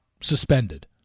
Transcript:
suspended